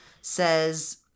Says